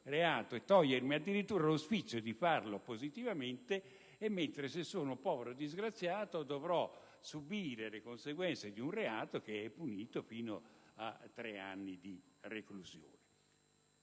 e togliersi addirittura lo sfizio di farlo positivamente; chi invece è povero e disgraziato dovrà subire le conseguenze di un reato punito fino a tre anni di reclusione.